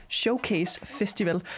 showcase-festival